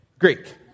Greek